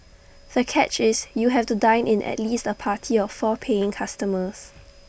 the catch is you have to dine in at least A party of four paying customers